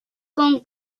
con